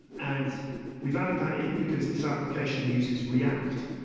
and we've added that in because this application uses react,